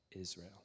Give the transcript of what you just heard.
Israel